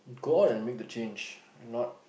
go out and make the change and not